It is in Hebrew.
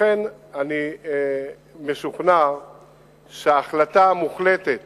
לכן אני משוכנע שההחלטה המוחלטת